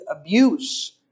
abuse